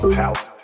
house